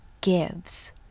gives